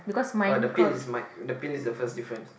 orh the pin is my the pin is the first difference